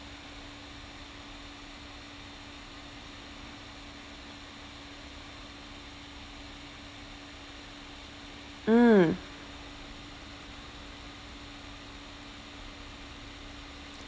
mm